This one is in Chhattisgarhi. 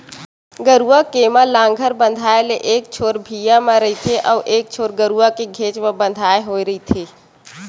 गरूवा के म लांहगर बंधाय ले एक छोर भिंयाँ म रहिथे अउ एक छोर गरूवा के घेंच म बंधाय होय रहिथे